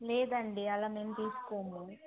లేదండి అలా మేము తీసుకోము